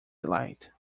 delight